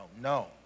no